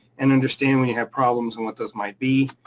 and understand when you have problems, and what those might be.